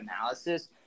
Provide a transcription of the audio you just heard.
analysis